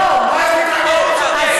מה יש להתרגש?